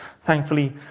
thankfully